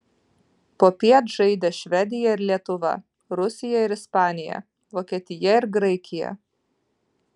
popiet žaidė švedija ir lietuva rusija ir ispanija vokietija ir graikija